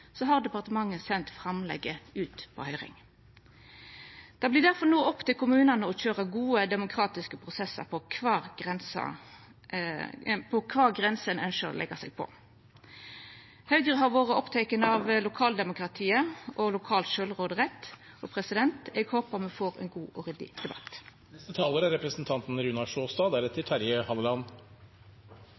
har departementet sendt framlegget ut på høyring. Det vert difor no opp til kommunane å køyra gode, demokratiske prosessar på kva grense ein ønskjer å leggja seg på. Høgre har alltid vore oppteke av lokaldemokratiet og lokal sjølvråderett. Eg håpar me får ein god og ryddig debatt.